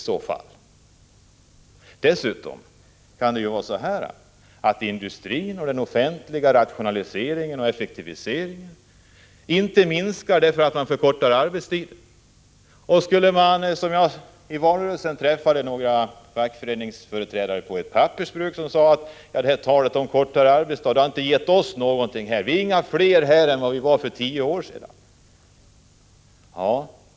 Sedan kan det ju vara så, att rationaliseringen och effektiviseringen i industrin och den offentliga verksamheten inte minskar därför att man förkortar arbetstiden. I valrörelsen träffade jag några fackföreningsföreträdare på ett pappersbruk som sade: Talet om en kortare arbetsdag har inte gett oss här någonting. Vi är inte fler än vi var för tio år sedan.